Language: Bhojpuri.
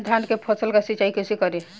धान के फसल का सिंचाई कैसे करे?